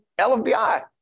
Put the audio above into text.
LFBI